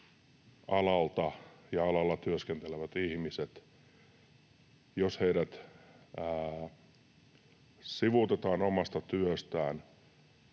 vaarantaa jo alalla työskentelevät ihmiset: jos heidät sivuutetaan omasta työstään,